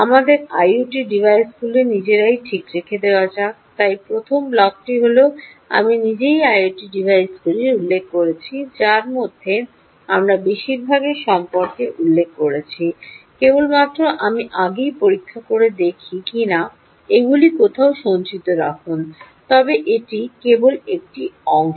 আমাদের আইওটি ডিভাইসগুলি নিজেরাই ঠিক রেখে দেওয়া যাক তাই প্রথম ব্লকটি হল আমি নিজেই আইওটি ডিভাইসগুলি উল্লেখ করেছি যার মধ্যে আমরা বেশিরভাগের সম্পর্কে উল্লেখ করেছি কেবলমাত্র আমি আগেই পরীক্ষা করে দেখি কিনা এগুলি কোথাও সঞ্চিত রাখুন তবে এটি কেবল একটি অংশ